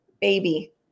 baby